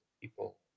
people